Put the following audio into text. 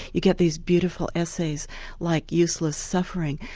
you get these beautiful essays like useless suffering,